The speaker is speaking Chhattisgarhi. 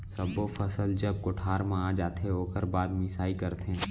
सब्बो फसल जब कोठार म आ जाथे ओकर बाद मिंसाई करथे